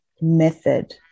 method